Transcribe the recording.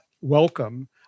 welcome